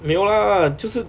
没有 lah 就是